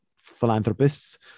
philanthropists